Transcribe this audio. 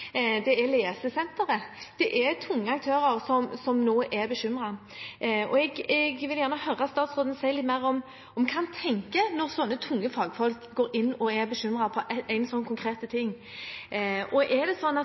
nå er bekymret. Jeg vil gjerne høre statsråden si litt mer om hva han tenker når tunge fagfolk går inn og er bekymret over en slik konkret ting. Er statsråden villig til å tenke seg om en gang til og